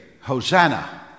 Hosanna